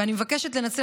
ואני מבקשת לנצל,